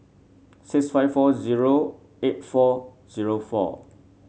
six five four zero eight four zero four